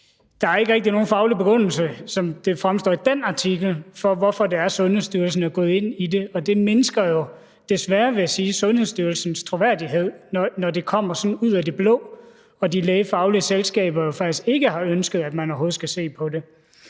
at der ikke rigtig er nogen faglig begrundelse, som det fremstår i den artikel, for, hvorfor Sundhedsstyrelsen er gået ind i det. Det mindsker jo, desværre vil jeg sige, Sundhedsstyrelsens troværdighed, når det kommer sådan ud af det blå, og de lægefaglige selskaber jo faktisk ikke har ønsket, at man overhovedet skal se på det.